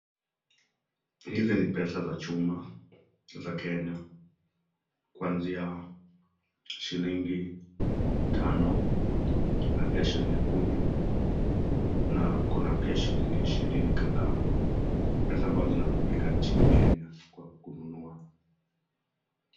Hizi ni pesa za chuma za kenya kuanzia shilingi tano na pia shilingi kumi na kuna pia shilingi ishirini kadhaa, ni pesa ambazo zinatumika nchini kenya kwa kununua.